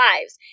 lives